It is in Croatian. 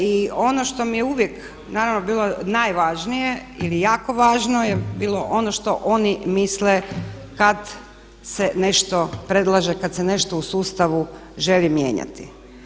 I ono što mi je uvijek naravno bilo najvažnije ili jako važno je bilo ono što oni misle kad se nešto predlaže, kad se nešto u sustavu želi mijenjati.